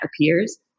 appears